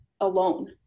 alone